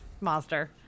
monster